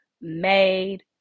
made